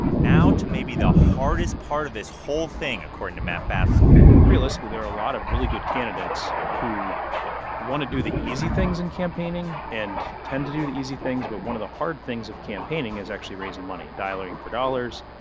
now, to maybe the hardest part of this whole thing, according to matt batzel realistically, there are a lot of really good candidates who want to do the easy things in campaigning and tend to do the easy things. but one of the hard things of campaigning is actually raising money dialing for dollars,